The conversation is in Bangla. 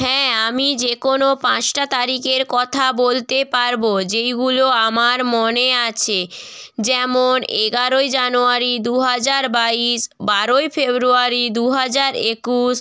হ্যাঁ আমি যে কোনো পাঁচটা তারিখের কথা বলতে পারবো যেইগুলো আমার মনে আছে যেমন এগারোই জানুয়ারি দু হাজার বাইশ বারোই ফেব্রুয়ারি দু হাজার একুশ